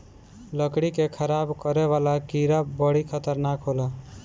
लकड़ी के खराब करे वाला कीड़ा बड़ी खतरनाक होला